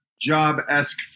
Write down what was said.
job-esque